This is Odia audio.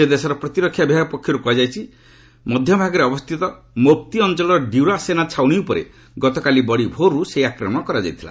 ସେ ଦେଶର ପ୍ରତିରକ୍ଷା ବିଭାଗ ପକ୍ଷରୁ କୁହାଯାଇଛି ଯେ ଦେଶର ମଧ୍ୟଭାଗରେ ଅବସ୍ଥିତ ମୋପ୍ତି ଅଞ୍ଚଳର ଡ୍ୟୁରା ସେନା ଛାଉଣୀ ଉପରେ ଗତକାଲି ବଡ଼ି ଭୋର୍ରୁ ସେହି ଆକ୍ରମଣ କରାଯାଇଥିଲା